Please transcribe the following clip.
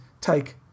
take